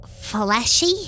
fleshy